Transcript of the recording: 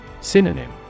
Synonym